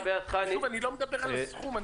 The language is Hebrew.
אני לא מדבר על הסכום,